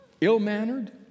Ill-mannered